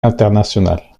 internationale